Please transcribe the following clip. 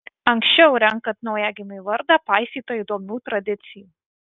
anksčiau renkant naujagimiui vardą paisyta įdomių tradicijų